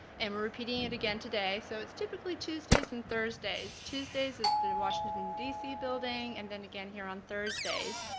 and we're repeating it today. so it's typically tuesdays and thursdays tuesdays at the and washington, d c. building and then again here on thursdays.